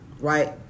right